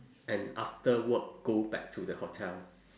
and after work go back to the hotel